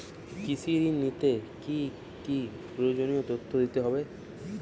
কৃষি ঋণ নিতে কি কি প্রয়োজনীয় তথ্য দিতে হবে?